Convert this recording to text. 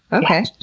okay.